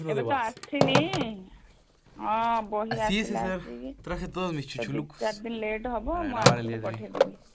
ଏବେ ତ ଆସିନି ହଁ ବହି ଆସିଲା ଆସିକି ତ ଦୁଇ ଚାରି ଦିନ ଲେଟ୍ ହବ ମୁଁ ଆସିଲେ ପଠେଇଦେବି